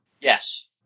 Yes